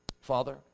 Father